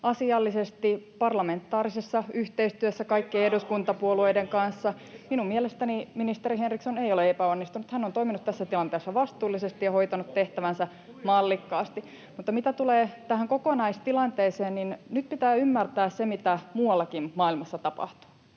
[Sebastian Tynkkynen: Epäonnistuiko?] kaikkien eduskuntapuolueiden kanssa. Minun mielestäni ministeri Henriksson ei ole epäonnistunut. Hän on toiminut tässä tilanteessa vastuullisesti ja hoitanut tehtävänsä mallikkaasti. [Jani Mäkelä: Tulihan se vastaus!] Mitä tulee tähän kokonaistilanteeseen, niin nyt pitää ymmärtää se, mitä muuallakin maailmassa tapahtuu.